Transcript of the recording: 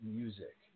music